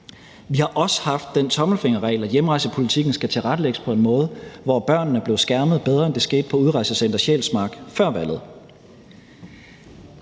Vi har også haft den tommelfingerregel, at hjemrejsepolitikken skal tilrettelægges på en måde, hvor børnene bliver skærmet bedre, end det skete på Udrejsecenter Sjælsmark før valget.